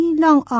long